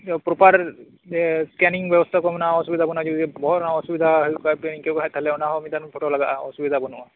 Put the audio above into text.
scanning ᱵᱮᱵᱚᱥᱛᱟ ᱢᱮᱱᱟᱜ ᱟᱠᱟᱫᱟ ᱚᱥᱩᱵᱤᱫᱷᱟ ᱠᱚ ᱵᱟᱱᱩᱜ ᱟᱠᱟᱫᱟ ᱵᱚᱦᱚᱜ ᱨᱮᱱᱟᱜ ᱚᱥᱩᱵᱤᱫᱷᱟ ᱠᱚ ᱦᱳᱭᱳᱜ ᱠᱷᱟᱱ ᱚᱱᱟ ᱦᱚᱸ ᱢᱤᱫᱴᱮᱱ ᱯᱷᱳᱴᱳ ᱞᱟᱜᱟᱜᱼᱟ ᱚᱥᱩᱵᱤᱫᱷᱟ ᱵᱟᱱᱩᱜᱼᱟ